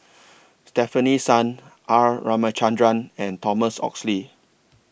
Stefanie Sun R Ramachandran and Thomas Oxley